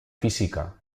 física